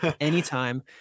anytime